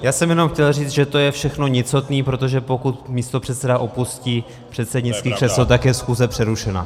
Já jsem jenom chtěl říct, že to je všechno nicotný, protože pokud místopředseda opustí předsednické křeslo, tak je schůze přerušena.